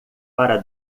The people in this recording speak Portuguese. para